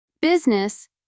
business